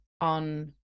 on